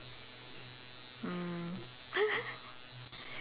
mm